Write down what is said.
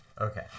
okay